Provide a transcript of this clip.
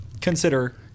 consider